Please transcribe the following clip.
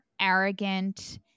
arrogant